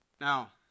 Now